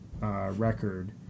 record